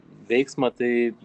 veiksmą tai